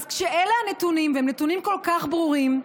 אז כשאלה הנתונים, והם נתונים כל כך ברורים,